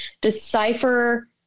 decipher